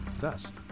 Thus